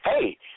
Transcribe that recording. Hey